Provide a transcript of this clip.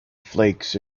flakes